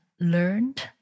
learned